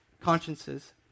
consciences